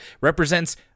represents